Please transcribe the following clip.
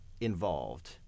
involved